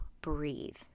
breathe